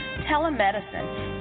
telemedicine